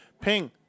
Ping